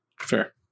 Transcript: Fair